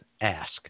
ask